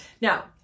Now